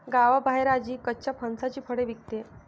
गावाबाहेर आजी कच्च्या फणसाची फळे विकते